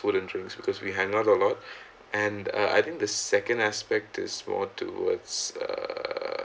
food and drinks because we hang out a lot and uh I think the second aspect is more towards uh